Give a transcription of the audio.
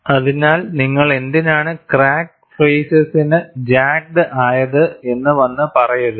അതിനാൽ നിങ്ങൾ എന്തിനാണ് ക്രാക്ക് ഫേയിസെസ്സ് ജാഗ്ഡ് ആയത് എന്ന് വന്ന് പറയരുത്